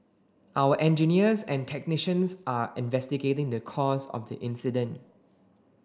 our engineers and technicians are investigating the cause of the incident